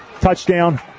Touchdown